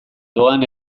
doan